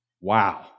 Wow